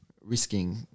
risking